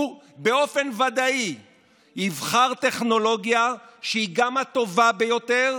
הוא באופן ודאי יבחר טכנולוגיה שהיא הטובה ביותר,